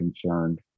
concerned